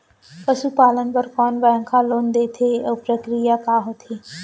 पसु पालन बर कोन बैंक ह लोन देथे अऊ प्रक्रिया का होथे?